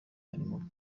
harimo